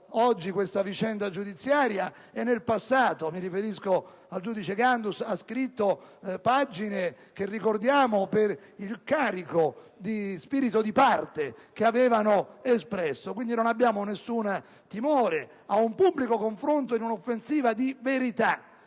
oggi questa vicenda giudiziaria e nel passato - mi riferisco al giudice Gandus - ha scritto pagine che ricordiamo per il carico di spirito di parte che esprimevano. Non abbiamo nessun timore ad un pubblico confronto in un'offensiva di verità